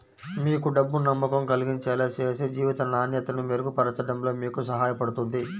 మీకు డబ్బు నమ్మకం కలిగించేలా చేసి జీవిత నాణ్యతను మెరుగుపరచడంలో మీకు సహాయపడుతుంది